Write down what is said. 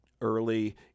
early